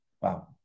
Wow